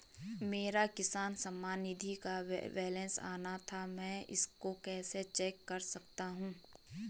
मेरा किसान सम्मान निधि का बैलेंस आना था मैं इसको कैसे चेक कर सकता हूँ?